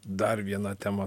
dar viena tema